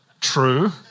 true